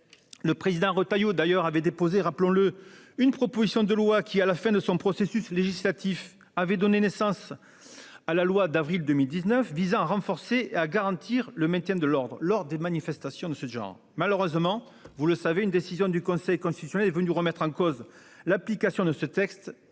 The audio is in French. Bruno Retailleau a déposé une proposition de loi qui, au terme de son parcours législatif, a donné naissance à la loi du 10 avril 2019 visant à renforcer et garantir le maintien de l'ordre lors des manifestations. Malheureusement, une décision du Conseil constitutionnel est venue remettre en cause l'application de ce texte,